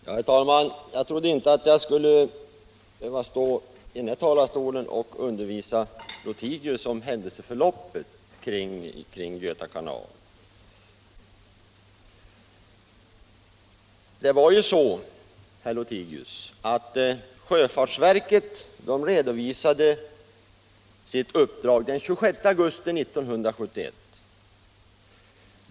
Herr talman! Jag trodde inte att jag skulle behöva stå i den här talarstolen och undervisa herr Lothigius om händelseförloppet kring Göta kanal. Det var ju så, herr Lothigius, att sjöfartsverket redovisade sitt uppdrag den 26 augusti 1971.